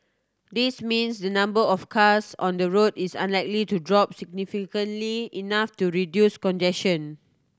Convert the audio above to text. this means the number of cars on the road is unlikely to drop significantly enough to reduce congestion